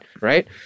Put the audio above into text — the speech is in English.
Right